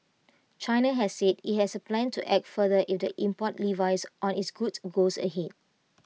China has said IT has A plan to act further if the import levies on its goods goes ahead